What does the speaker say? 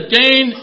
gain